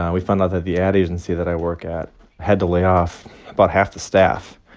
we found out that the ad agency that i work at had to lay off about half the staff.